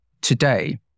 today